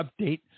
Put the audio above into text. update